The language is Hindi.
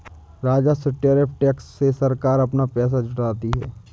राजस्व टैरिफ टैक्स से सरकार अपना पैसा जुटाती है